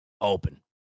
open